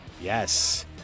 Yes